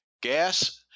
Gas